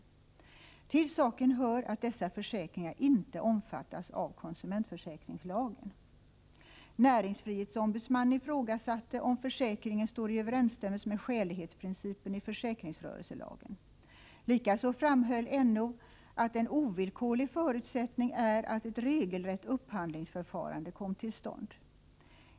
Till saken hör att dessa försäkringar inte omfattas av konsumentförsäkringslagen. Näringsfrihetsombudsmannen ifrågasatte om försäkringen står i överensstämmelse med skälighetsprincipen i försäkringsrörelselagen. Likaså framhöll NO att en ovillkorlig förutsättning var att ett regelrätt upphandlingsförfarande kom till stånd.